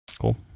Cool